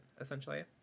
Essentially